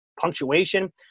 punctuation